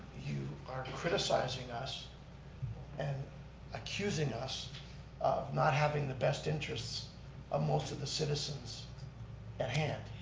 you are criticizing us and accusing us of not having the best interest of most of the citizens at hand.